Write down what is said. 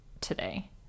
today